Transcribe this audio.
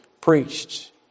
preached